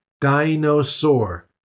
Dinosaur